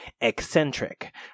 Eccentric